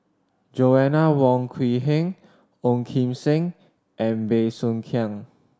Joanna Wong Quee Heng Ong Kim Seng and Bey Soo Khiang